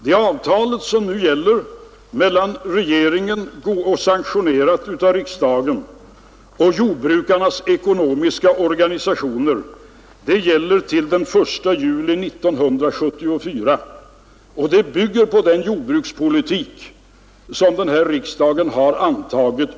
Det nu gällande av riksdagen sanktionerade avtalet mellan regeringen och jordbrukarnas ekonomiska organisationer löper fram till den 1 juli 1974, och det bygger på den jordbrukspolitik som denna riksdag har antagit.